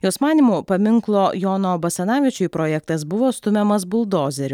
jos manymu paminklo jono basanavičiui projektas buvo stumiamas buldozerio